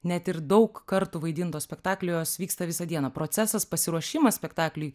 net ir daug kartų vaidinto spektaklio jos vyksta visą dieną procesas pasiruošimas spektakliui